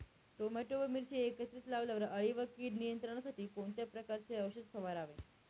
Tomato व मिरची एकत्रित लावल्यावर अळी व कीड नियंत्रणासाठी कोणत्या प्रकारचे औषध फवारावे?